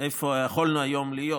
איפה יכולנו היום להיות,